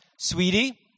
sweetie